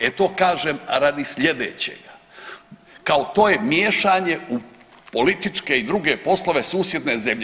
E to kažem radi slijedećega, kao to je miješanje u političke i druge poslove susjedne zemlje.